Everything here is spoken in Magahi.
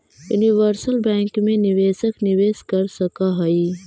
यूनिवर्सल बैंक मैं निवेशक निवेश कर सकऽ हइ